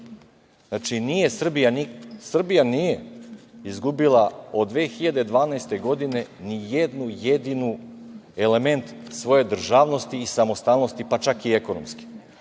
Znači, Srbija nije izgubila od 2012. godine nijedan jedini element svoje državnosti i samostalnosti, pa čak i ekonomske. Ali